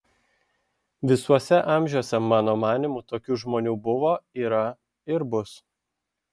visuose amžiuose mano manymu tokių žmonių buvo yra ir bus